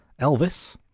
Elvis